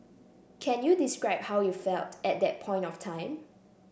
can you describe how you felt at that point of time